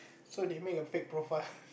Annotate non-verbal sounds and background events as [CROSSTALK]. so they make a fake profile [LAUGHS]